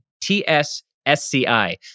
TSSCI